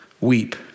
weep